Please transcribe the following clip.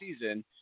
season